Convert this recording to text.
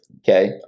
Okay